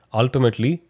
ultimately